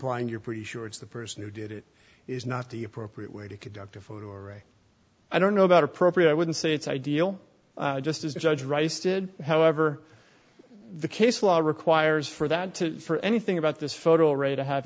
implying you're pretty sure it's the person who did it is not the appropriate way to conduct a photo i don't know about appropriate i wouldn't say it's ideal just as judge rice did however the case law requires for that for anything about this photo array to have